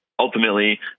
Ultimately